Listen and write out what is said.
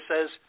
says